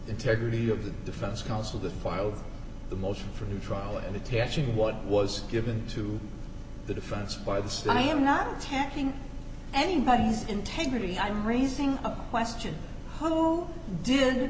integrity of the defense counsel the filed the motion for new trial of attaching what was given to the defense by the psni not attacking anybody's integrity i'm raising a question how did